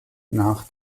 nach